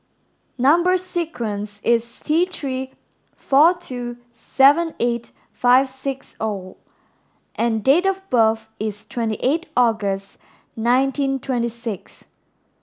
number sequence is T three four two seven eight five six O and date of birth is twenty eight August nineteen twenty six